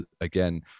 again